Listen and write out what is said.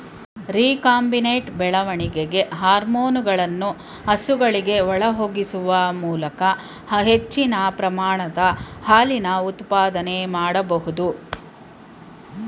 recombinant ಬೆಳವಣಿಗೆ ಹಾರ್ಮೋನುಗಳನ್ನು ಹಸುಗಳ ಒಳಹೊಗಿಸುವ ಮೂಲಕ ಹೆಚ್ಚಿನ ಪ್ರಮಾಣದ ಹಾಲಿನ ಉತ್ಪಾದನೆ ಮಾಡ್ಬೋದು